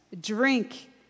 drink